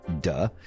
duh